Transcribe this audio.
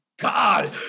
God